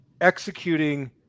executing